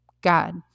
God